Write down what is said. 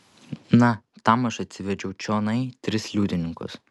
na tam aš atsivedžiau čionai tris liudininkus